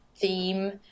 theme